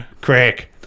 Crack